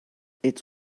its